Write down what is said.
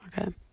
okay